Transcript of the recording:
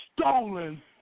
stolen